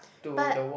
but